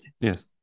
Yes